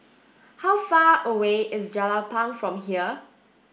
how far away is Jelapang from here